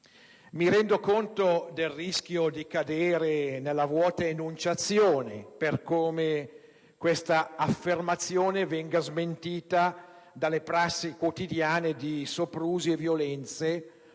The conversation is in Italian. Mi rendo conto del rischio di cadere nella vuota enunciazione, per come questa affermazione viene smentita dalle prassi quotidiane di soprusi e violenze,